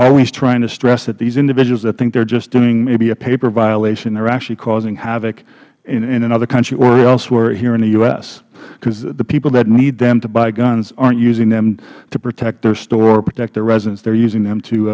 always trying to stress that these individuals that think they are just doing maybe a paper violation are actually causing havoc in another country or else here in the u s because the people that need them to buy guns aren't using them to protect their store or protect their residence they're using them to